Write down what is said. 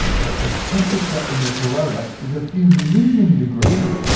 but the temperature in the corona is a few million degrees,